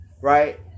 right